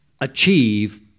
achieve